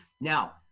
now